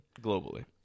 Globally